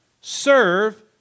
Serve